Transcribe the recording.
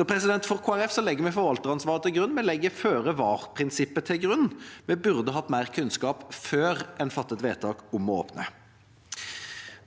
Kristelig Folkeparti legger forvalteransvaret til grunn. Vi legger føre-var-prinsippet til grunn. Vi burde hatt mer kunnskap før en fattet vedtak om å åpne.